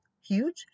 huge